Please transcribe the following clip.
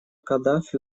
каддафи